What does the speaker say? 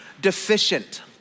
deficient